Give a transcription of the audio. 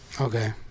Okay